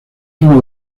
uno